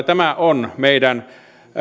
tämä on meidän